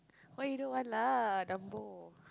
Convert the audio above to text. why you don't want lah dumbo